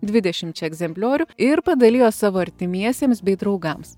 dvidešimčia egzempliorių ir padalijo savo artimiesiems bei draugams